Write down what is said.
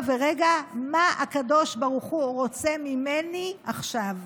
ורגע: מה הקדוש ברוך הוא רוצה ממני עכשיו?